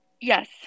Yes